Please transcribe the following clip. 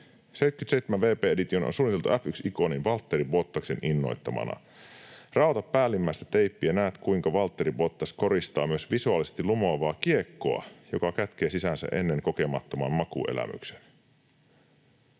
77 WB Edition on suunniteltu F1-ikonin, Valtteri Bottaksen, innoittamana. Raota päällimmäistä teippiä ja näet, kuinka Valtteri Bottas koristaa myös visuaalisesti lumoavaa kiekkoa, joka kätkee sisäänsä ennen kokemattoman makuelämyksen.”